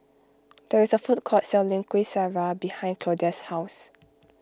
there is a food court selling Kuih Syara behind Claudia's house